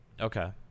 Okay